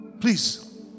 please